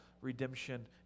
redemption